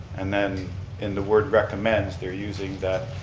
and then and the word recommends, they're using that,